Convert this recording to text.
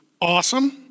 Awesome